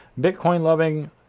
Bitcoin-loving